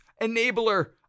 enabler